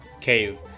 cave